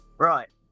Right